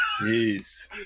Jeez